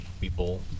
people